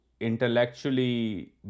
intellectually